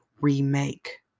remake